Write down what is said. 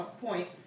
point